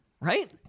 Right